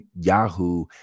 yahoo